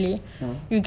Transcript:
ah